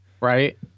Right